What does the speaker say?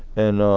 and